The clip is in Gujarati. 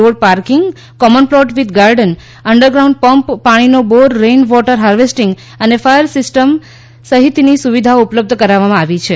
road parking common plot with garden underground pump પાણીનો બોર રેઇન વોટર હાર્વેસ્ટિંગ અને ફાયર ફાઈટિંગ સિસ્ટમ સહિતની સુવિધાઓ ઉપલબ્ધ કરાવવામાં આવી છે